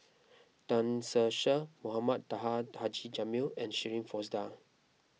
Tan Ser Cher Mohamed Taha Haji Jamil and Shirin Fozdar